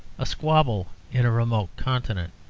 a squabble in a remote continent?